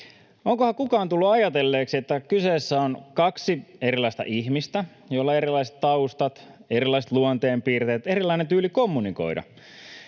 Onkohan kukaan tullut ajatelleeksi, että kyseessä on kaksi erilaista ihmistä, joilla on erilaiset taustat, erilaiset luonteenpiirteet, erilainen tyyli kommunikoida?